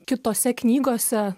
kitose knygose